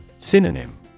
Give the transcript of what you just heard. Synonym